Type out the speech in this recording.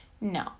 No